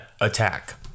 attack